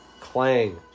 Clang